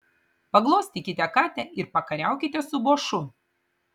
paglostykite katę ir pakariaukite su bošu